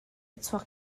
chuak